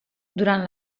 durant